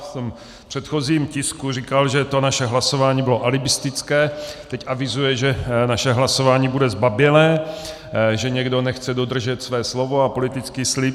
V předchozím tisku říkal, že to naše hlasování bylo alibistické, teď avizuje, že naše hlasování bude zbabělé, že někdo nechce dodržet své slovo a politický slib.